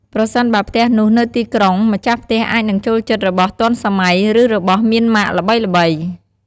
ប្រសិនបើផ្ទះនោះនៅទីក្រុងម្ចាស់ផ្ទះអាចនឹងចូលចិត្តរបស់ទាន់សម័យ ឬរបស់មានម៉ាកល្បីៗ។